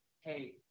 Hey